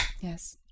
Yes